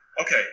okay